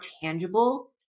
tangible